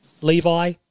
Levi